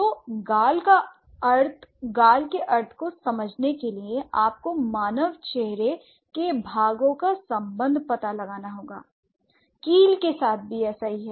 तो गाल के अर्थ को समझने के लिए आपको मानव चेहरे के भागों का संबंध पता लगाना होगा l कील के साथ भी ऐसा ही है